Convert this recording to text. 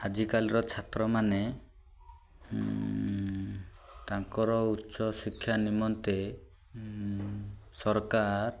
ଆଜିକାଲିର ଛାତ୍ରମାନେ ତାଙ୍କର ଉଚ୍ଚ ଶିକ୍ଷା ନିମନ୍ତେ ସରକାର